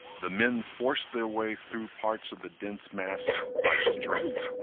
the men forced their way through parts of the dense mass by strength.